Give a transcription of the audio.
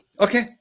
Okay